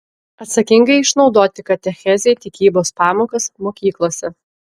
atsakingai išnaudoti katechezei tikybos pamokas mokyklose